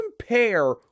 compare